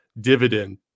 dividend